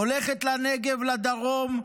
הולכת לנגב, לדרום,